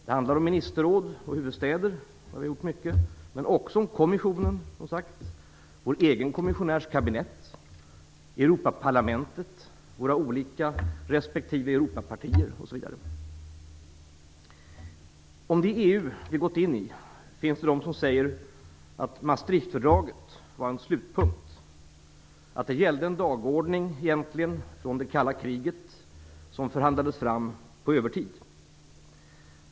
Det gäller ministerråd och huvudstäder, men också kommissionen, vår egen kommissionärs kabinett, Europaparlamentet, våra olika respektive Europapartier, osv. Om det EU vi gått in i finns det de som säger att Maastrichtfördraget var en slutpunkt. Det gällde egentligen en dagordning från det kalla kriget som förhandlades fram på övertid.